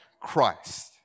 Christ